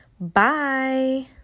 Bye